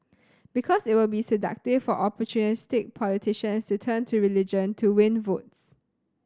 because it will be seductive for opportunistic politicians to turn to religion to win votes